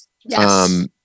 Yes